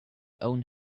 own